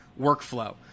workflow